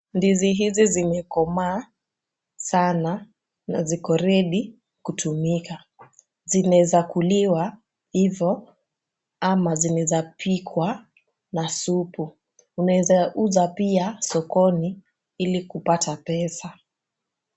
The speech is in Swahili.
Ndizi hizi zimekomaa sana na ziko ready kutumika. Zinaweza kuliwa ivo ama zinaweza pikwa na supu . Unaweza uza pia sokoni ili kupata pesa.